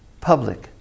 public